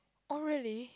oh really